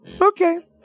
Okay